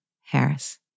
Harris